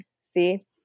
See